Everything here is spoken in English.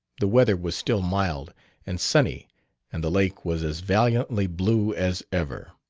the weather was still mild and sunny and the lake was as valiantly blue as ever.